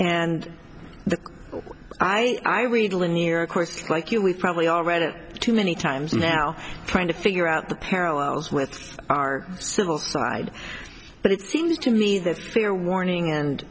we probably already too many times now trying to figure out the parallels with our civil side but it seems to me that fair warning and